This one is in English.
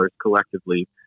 collectively